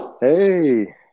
Hey